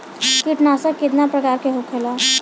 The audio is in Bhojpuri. कीटनाशक कितना प्रकार के होखेला?